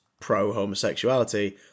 pro-homosexuality